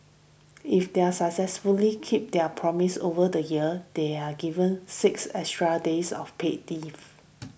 if they are successfully keep their promise over the year they are given six extra days of paid leave